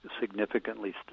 significantly